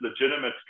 legitimate